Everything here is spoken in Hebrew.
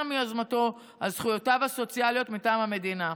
מיוזמתו על זכויותיו הסוציאליות מטעם המדינה.